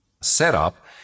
setup